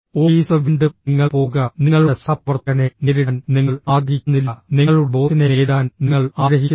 ഓഫീസ്ഃ വീണ്ടും നിങ്ങൾ പോകുക നിങ്ങളുടെ സഹപ്രവർത്തകനെ നേരിടാൻ നിങ്ങൾ ആഗ്രഹിക്കുന്നില്ല നിങ്ങളുടെ ബോസിനെ നേരിടാൻ നിങ്ങൾ ആഗ്രഹിക്കുന്നില്ല